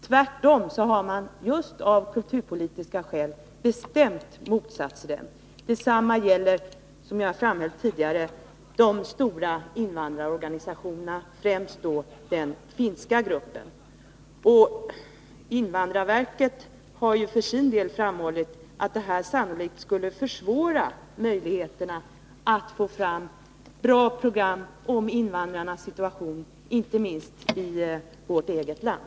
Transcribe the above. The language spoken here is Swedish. Tvärtom har man just av kulturpolitiska skäl bestämt motsatt sig detta. Detsamma gäller, som jag framhöll tidigare, de stora invandrarorganisationerna, främst den finska gruppen. Invandrarverket har för sin del framhållit att satelliten sannolikt skulle försvåra möjligheterna att få fram bra program om invandrarnas situation, inte minst i vårt eget land.